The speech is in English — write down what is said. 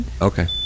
okay